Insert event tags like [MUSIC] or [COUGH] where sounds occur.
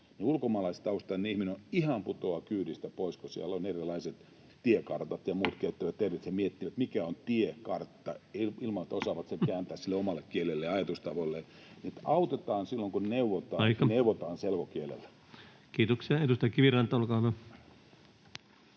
ulkomaalaistaustainen ihminen ihan putoaa kyydistä pois, kun siellä on erilaiset tiekartat ja muut [NOISE] ja he miettivät, mikä on tiekartta, ilman että osaavat sen kääntää omalle kielelleen ja ajatustavoilleen. Autetaan silloin, kun neuvotaan, [Puhemies: Aika!] ja neuvotaan selkokielellä. Kiitoksia. — Edustaja Kiviranta, olkaa hyvä.